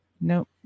Nope